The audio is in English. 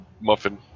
muffin